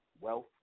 Wealth